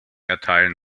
erteilen